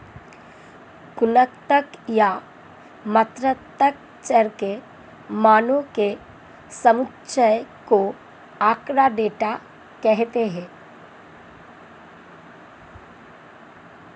गुणात्मक या मात्रात्मक चर के मानों के समुच्चय को आँकड़ा, डेटा कहते हैं